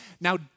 Now